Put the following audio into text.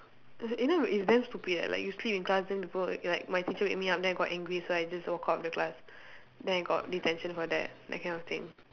you know it's damn stupid leh like you sleep in class then people will like my teacher wake me up then got I angry so I just walk out of the class then I got detention for that that kind of thing